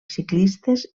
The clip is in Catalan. ciclistes